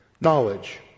knowledge